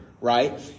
right